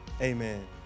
amen